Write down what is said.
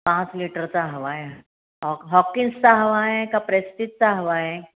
पाच लिटरचा हवा आहे हॉ हॉकीन्सचा हवा आहे का प्रेस्टिजचा हवा आहे